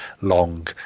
long